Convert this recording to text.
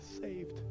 saved